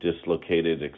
dislocated